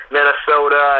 Minnesota